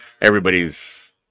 everybody's